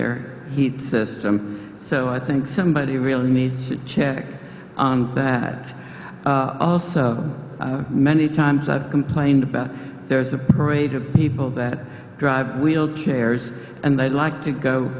their heat system so i think somebody really needs to check on that also many times i've complained about there is a parade of people that drive wheelchairs and i'd like to go